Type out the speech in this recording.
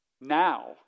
Now